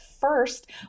first